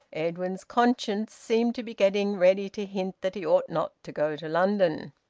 edwin's conscience seemed to be getting ready to hint that he ought not to go to london.